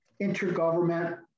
Intergovernment